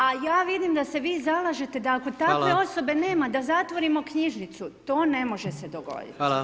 A ja vidim da se vi zalažete da ako takve osobe nema da zatvorimo knjižnicu, to ne može se dogoditi.